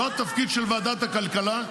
לא התפקיד של ועדת הכלכלה,